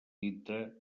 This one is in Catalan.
dintre